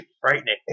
frightening